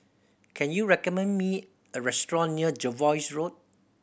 can you recommend me a restaurant near Jervois Road